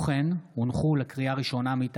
הצעת חוק שכר מינימום (תיקון,